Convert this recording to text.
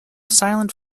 silent